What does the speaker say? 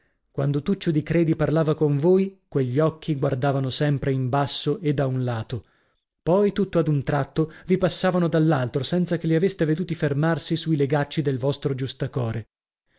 quando tuccio di credi parlava con voi quegli occhi guardavano sempre in basso e da un lato poi tutto ad un tratto vi passavano dall'altro senza che li aveste veduti fermarsi sui legacci del vostro